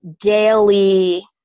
daily